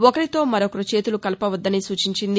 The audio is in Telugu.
ఒకరితో మరొకరు చేతులు కలుపవద్దని సూచించారు